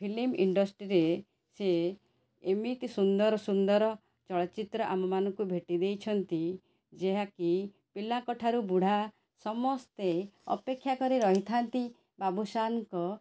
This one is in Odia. ଫିଲ୍ମ୍ ଇଣ୍ଡଷ୍ଟ୍ରିରେ ସେ ଏମିତି ସୁନ୍ଦର ସୁନ୍ଦର ଚଳଚ୍ଚିତ୍ର ଆମ ମାନଙ୍କୁ ଭେଟି ଦେଇଛନ୍ତି ଯାହାକି ପିଲାଙ୍କ ଠାରୁ ବୁଢ଼ା ସମସ୍ତେ ଅପେକ୍ଷା କରିରହିଥାନ୍ତି ବାବୁଶାନଙ୍କ